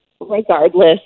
regardless